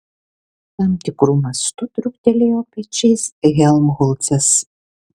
tam tikru mastu truktelėjo pečiais helmholcas